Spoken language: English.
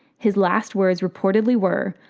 his last words reportedly were,